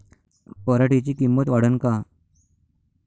पराटीची किंमत वाढन का?